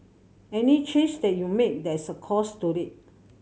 any change that you make there is a cost to it